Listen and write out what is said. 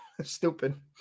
Stupid